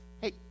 Hey